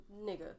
nigga